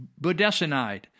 budesonide